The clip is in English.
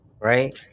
right